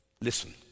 listen